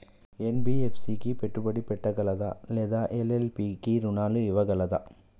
NBFC పెట్టుబడి పెట్టగలదా లేదా ఎల్.ఎల్.పి కి రుణాలు ఇవ్వగలదా?